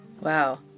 Wow